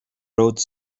wrote